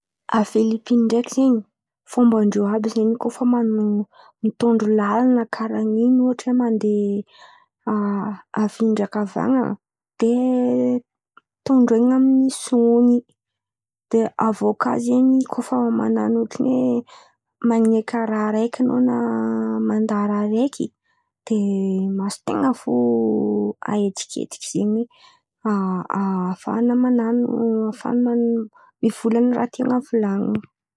A Filipiny ndraiky zen̈y. Fomban-drô àby zen̈y koa mano- mitondrô lalan̈à karà in̈y mandeha afindra ankavanan̈a, de tondron̈a am-son̈y. De aviô kà zen̈y koa fa man̈ano ohatrany hoe: man̈eky raha araiky an̈ao na manda raha araiky; de mason-ten̈a foahetsiketsiky zen̈y. A- a- afahan̈a man̈ano mivolan̈a raha tian̈a volan̈iny.